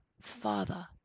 Father